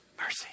Mercy